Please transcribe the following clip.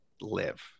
live